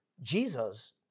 Jesus